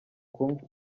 kumwe